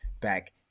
back